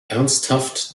ernsthaft